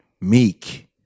Meek